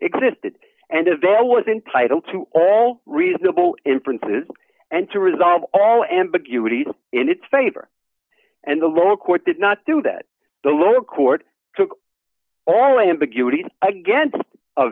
existed and a veil was entitled to all reasonable inferences and to resolve all ambiguity in its favor and the lower court did not do that the lower court took all ambiguities against